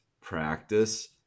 practice